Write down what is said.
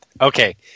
Okay